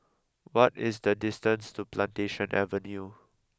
what is the distance to Plantation Avenue